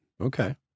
Okay